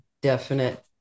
definite